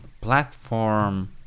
platform